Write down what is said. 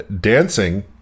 dancing